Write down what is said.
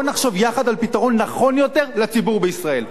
בוא נחשוב יחד על פתרון נכון יותר לציבור בישראל,